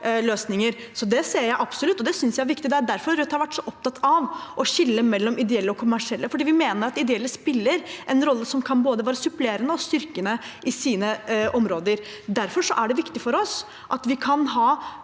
Det er derfor Rødt har vært så opptatt av å skille mellom ideelle og kommersielle, for vi mener at ideelle spiller en rolle som kan være både supplerende og styrkende på sine områder. Derfor er det viktig for oss at vi kan ha